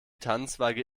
tannenzweige